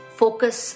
focus